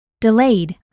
Delayed